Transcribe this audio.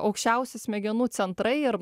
aukščiausi smegenų centrai ir